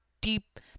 deep